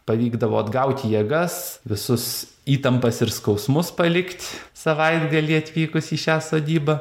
pavykdavo atgauti jėgas visus įtampas ir skausmus palikt savaitgalį atvykus į šią sodybą